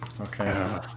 Okay